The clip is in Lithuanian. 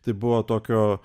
tai buvo tokio